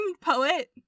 poet